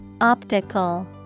Optical